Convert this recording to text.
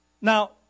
Now